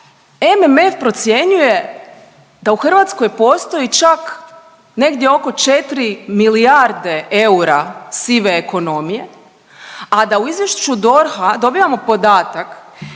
MMF procjenjuje da u Hrvatskoj postoji čak negdje oko 4 milijarde eura sive ekonomije, a da u izvješću DORH-a dobijamo podatak